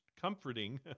comforting